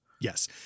Yes